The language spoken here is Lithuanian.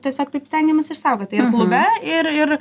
tiesiog taip stengiamasi išsaugoti ir klube ir ir